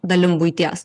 dalim buities